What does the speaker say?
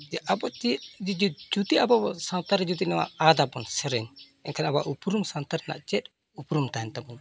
ᱡᱮ ᱟᱵᱚ ᱪᱮᱫ ᱡᱩᱫᱤ ᱟᱵᱚ ᱥᱟᱶᱛᱟᱨᱮ ᱡᱩᱫᱤ ᱱᱚᱣᱟ ᱟᱻᱫᱟᱵᱚᱱ ᱥᱮᱨᱮᱧ ᱮᱱᱠᱷᱟᱱ ᱟᱵᱚᱣᱟᱜ ᱩᱯᱨᱩᱢ ᱥᱟᱶᱛᱟᱨᱮᱱᱟᱜ ᱪᱮᱫ ᱩᱯᱨᱩᱢ ᱛᱟᱦᱮᱱ ᱛᱟᱵᱚᱱᱟ